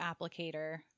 applicator